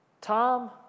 Tom